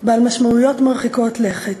בעל משמעויות מרחיקות לכת.